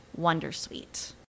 wondersuite